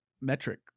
metric